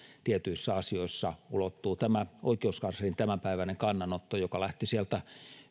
tietyissä asioissa ulottuu oikeuskanslerin tämänpäiväinen kannanotto joka lähti sieltä